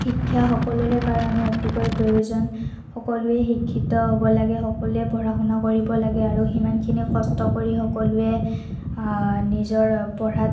শিক্ষা সকলোৰে কাৰণে অতিকৈ প্ৰয়োজন সকলোৱে শিক্ষিত হ'ব লাগে সকলোৱে পঢ়া শুনা কৰিব লাগে আৰু সিমানখিনি কষ্ট কৰি সকলোৱে নিজৰ পঢ়াত